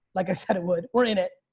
like i said, it would, we're in it.